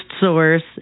source